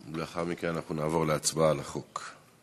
לאחר מכן נעבור להצבעה על החוק.